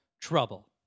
trouble